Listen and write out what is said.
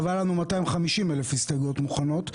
היו לנו 250,000 הסתייגויות מוכנות,